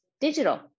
digital